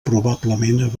probablement